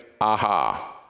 Aha